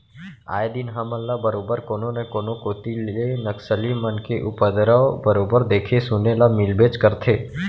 आए दिन हमन ल बरोबर कोनो न कोनो कोती ले नक्सली मन के उपदरव बरोबर देखे सुने ल मिलबेच करथे